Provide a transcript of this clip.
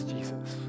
Jesus